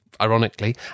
ironically